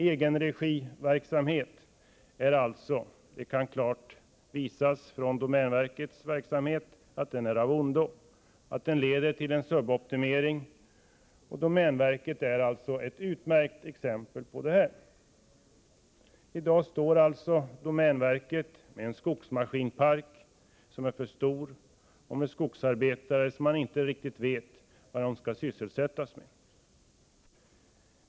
Egenregiverksamhet är — det framgår klart av exempel från domänverkets område — av ondo. Den leder till en suboptimering. Domänverket är alltså ett utmärkt exempel härvidlag. I dag står alltså domänverket med en skogsmaskinpark som är för stor och med skogsarbetare som man inte riktigt vet hur de skall sysselsättas.